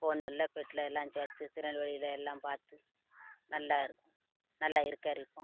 பெட்டில் எல்லாம் சேர்த்து திருநெல்வேலியில் எல்லாம் பார்த்து நல்லா இருக்குது நல்லா இருக்காரு இப்போது